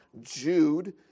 Jude